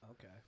Okay